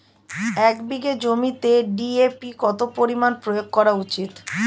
এক বিঘে জমিতে ডি.এ.পি কত পরিমাণ প্রয়োগ করা উচিৎ?